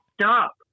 stop